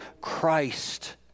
Christ